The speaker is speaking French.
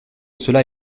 cela